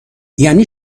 یعنی